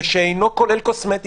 ושאינו כולל קוסמטיקה.